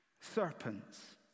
serpents